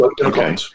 Okay